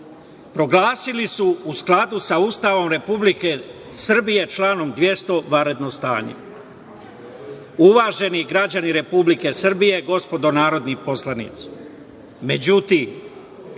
proglasili su u skladu sa Ustavom Republike Srbije čl.200 vanredno stanje. Uvaženi građani Republike Srbije, gospodo narodni poslanici,